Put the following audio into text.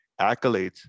accolades